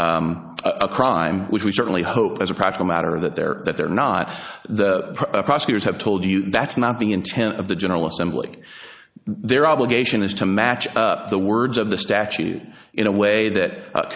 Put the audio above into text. a crime which we certainly hope as a practical matter that they're that they're not the prosecutors have told you that's not the intent of the general assembly their obligation is to match the words of the statute in a way that